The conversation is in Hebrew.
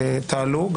תעלו,